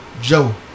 Joe